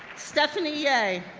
stephanie yeh,